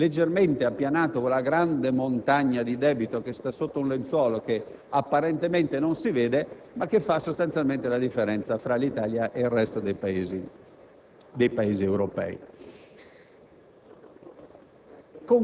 si sarebbe leggermente appianata quella grande montagna di debito che sta sotto un lenzuolo e apparentemente non si vede, ma che fa la differenza tra l'Italia e il resto dei Paesi europei.